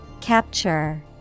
Capture